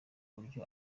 buryo